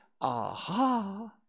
aha